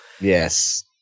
Yes